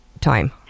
time